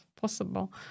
possible